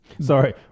Sorry